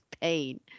pain